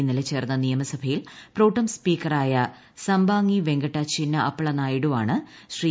ഇന്നലെ ചേർന്ന നിയമസഭയിൽ പ്രോടെം സ്പീക്കറായ സമ്പാങ്ങി വെങ്കട്ട ച്ചിന്ന അപ്പള നായിഡുവാണ് ശ്രീ